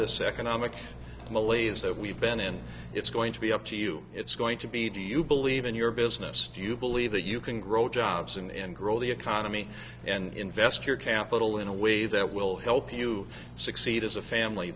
this economic malaise that we've been and it's going to be up to you it's going to be do you believe in your business do you believe that you can grow jobs and grow the economy and invest your capital in a way that will help you succeed as a family